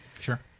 Sure